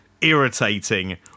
Irritating